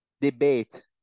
debate